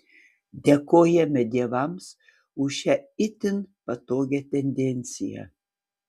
dėkojame dievams už šią itin patogią tendenciją